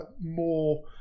more